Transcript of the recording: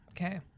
Okay